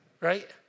Right